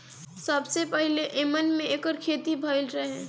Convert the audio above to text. सबसे पहिले यमन में एकर खेती भइल रहे